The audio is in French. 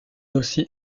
aussi